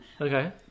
Okay